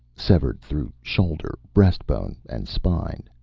severed through shoulder, breast-bone and spine,